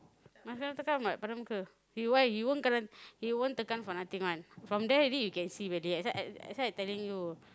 my friend cakap padan muke he why he won't tekan for nothing one from there already you can see Belly th~ that's why I telling you